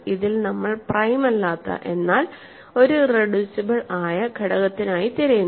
ഇതിൽ നമ്മൾ പ്രൈം അല്ലാത്ത എന്നാൽ ഒരു ഇറെഡ്യൂസിബിൾ ആയ ഘടകത്തിനായി തിരയുന്നു